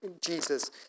Jesus